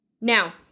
Now